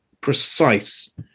precise